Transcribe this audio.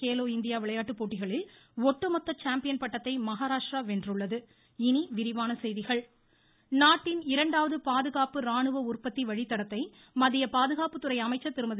Khelo India விளையாட்டுப் போட்டிகளில் ஒட்டுமொத்த சாம்பியன் பட்டத்தை மஹாராஷ்டிரா வென்றுள்ளது இனிவிரிவான செய்திகள் நிர்மலா சீத்தாராமன் நாட்டின் இரண்டாவது பாதுகாப்பு ராணுவ உற்பத்தி வழித்தடத்தை மத்திய பாதுகாப்புத்துறை அமைச்சர் திருமதி